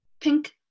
pink